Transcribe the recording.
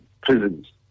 prisons